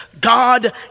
God